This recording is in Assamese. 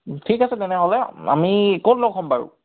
ঠিক আছে তেনেহ'লে আমি ক'ত লগ হ'ম বাৰু